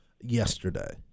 yesterday